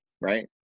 right